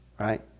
right